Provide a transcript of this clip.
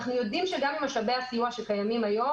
אנחנו יודעים שגם עם משאבי הסיוע שקיימים היום